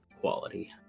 quality